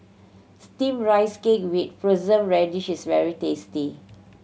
Steamed Rice Cake with Preserved Radish is very tasty